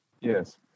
Yes